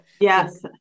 Yes